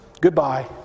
Goodbye